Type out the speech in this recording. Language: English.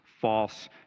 false